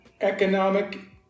Economic